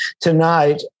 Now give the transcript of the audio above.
tonight